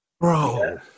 bro